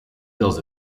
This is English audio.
fills